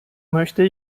möchte